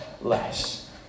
less